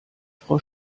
frau